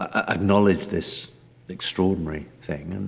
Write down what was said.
acknowledge this extraordinary thing. and